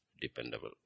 dependable